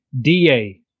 DA